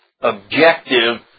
objective